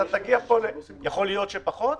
יכול להיות שפחות?